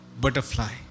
butterfly